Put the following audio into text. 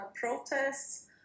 protests